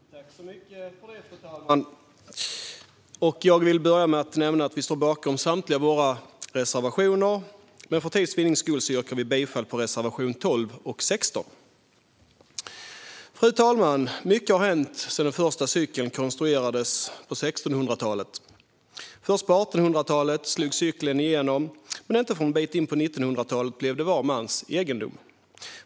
Fru talman! Jag vill börja med att nämna att vi står bakom samtliga våra reservationer men att vi för tids vinnande yrkar bifall enbart till reservationerna 12 och 16. Fru talman! Mycket har hänt sedan den första cykeln konstruerades på 1600-talet. Först på 1800-talet slog cykeln igenom, och inte förrän en bit in på 1900-talet blev den var mans egendom.